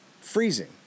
freezing